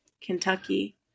Kentucky